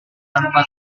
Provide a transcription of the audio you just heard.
tanpa